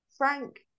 Frank